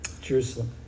Jerusalem